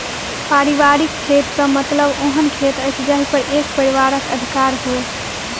पारिवारिक खेत सॅ मतलब ओहन खेत अछि जाहि पर एक परिवारक अधिकार होय